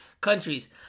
countries